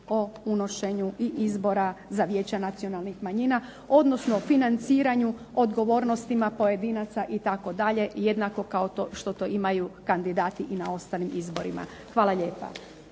o unošenju i izbora za vijeća nacionalnih manjina, odnosno financiranju odgovornostima pojedinaca itd., jednako kao što to imaju kandidati i na ostalim izborima. Hvala lijepa.